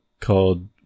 called